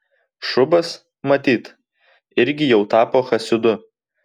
šubas matyt irgi jau tapo chasidu